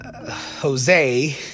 Jose